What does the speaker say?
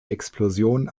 explosion